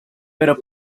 pero